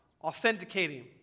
Authenticating